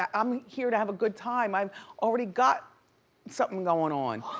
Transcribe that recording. um i'm here to have a good time, i've already got something goin' on.